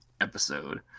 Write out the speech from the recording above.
episode